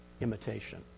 imitation